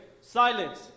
silence